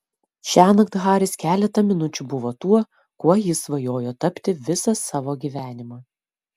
šiąnakt haris keletą minučių buvo tuo kuo jis svajojo tapti visą savo gyvenimą